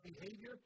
behavior